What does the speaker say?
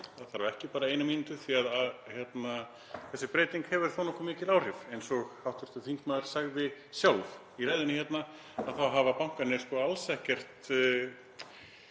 Það þarf ekki bara eina mínútu því þessi breyting hefur þó nokkuð mikil áhrif. Eins og hv. þingmaður sagði sjálf í ræðunni hérna þá hafa bankarnir alls ekkert